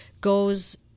goes